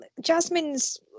jasmine's